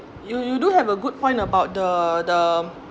you you do have a good point about the the